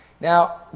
Now